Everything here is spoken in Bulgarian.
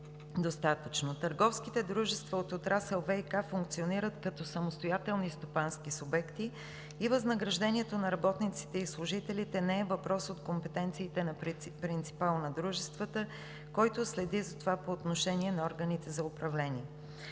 достатъчно. Търговските дружества от отрасъл ВиК функционират като самостоятелни стопански субекти и възнаграждението на работниците и служителите не е въпрос от компетенциите на принципала на дружеството, който следи за това по отношение на органите за управление.